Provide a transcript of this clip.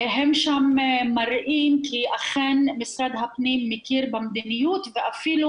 הם שם מראים כי אכן משרד הפנים מכיר במדיניות ואפילו